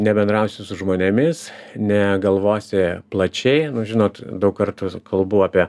nebendrausi su žmonėmis negalvosi plačiai nu žinot daug kartų kalbu apie